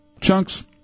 Chunks